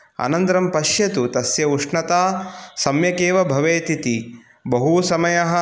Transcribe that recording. अनन्तरं पश्यतु तस्य उष्णता सम्यक् एव भवेत् इति बहु समयः